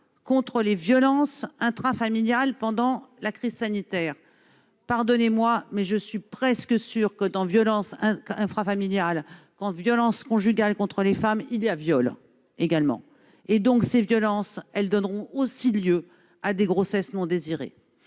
contre les violences intrafamiliales pendant la crise sanitaire. Pardonnez-moi de le dire, mais je suis presque sûre que, quand il y a violence intrafamiliale et violence conjugale contre les femmes, il y a viol également. Ces violences donneront aussi lieu à des grossesses non désirées.